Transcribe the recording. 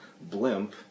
Blimp